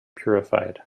purified